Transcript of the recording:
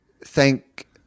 thank